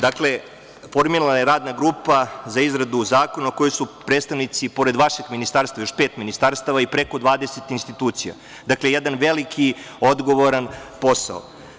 Dakle, formirana je radna grupa za izradu zakona u kojoj su predstavnici pored vašeg ministarstva još pet ministarstava i preko 20 institucija, dakle, jedan veliki odgovoran posao.